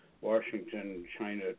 Washington-China